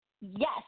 yes